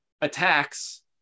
attacks